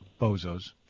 bozos